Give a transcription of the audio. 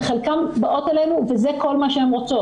וחלקן באות אלינו וזה כל מה שהן רוצות.